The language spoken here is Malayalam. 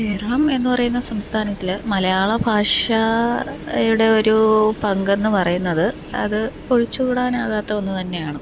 കേരളം എന്നു പറയുന്ന സംസ്ഥാനത്തിൽ മലയാളഭാഷയുടെ ഒരു പങ്കെന്ന് പറയുന്നത് അത് ഒഴിച്ചുകൂടാനാകാത്ത ഒന്ന് തന്നെയാണ്